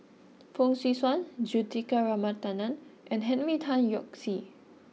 Fong Swee Suan Juthika Ramanathan and Henry Tan Yoke See